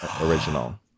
original